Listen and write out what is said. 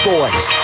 Boys